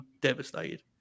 devastated